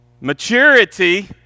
maturity